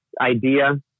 idea